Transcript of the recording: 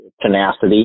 tenacity